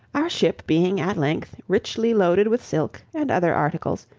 our ship being at length richly loaded with silk, and other articles,